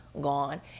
gone